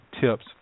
tips